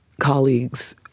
colleagues